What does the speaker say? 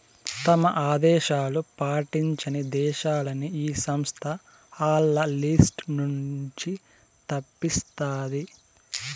తమ ఆదేశాలు పాటించని దేశాలని ఈ సంస్థ ఆల్ల లిస్ట్ నుంచి తప్పిస్తాది